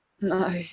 No